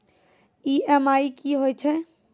EMI कि होय छै?